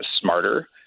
smarter